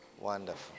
Wonderful